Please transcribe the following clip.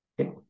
Okay